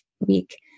week